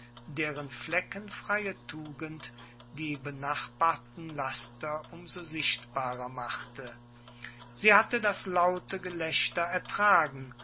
deren fleckenfreie tugend die benachbarten laster um so sichtbarer machte sie hatte das laute gelächter ertragen